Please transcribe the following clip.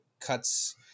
cuts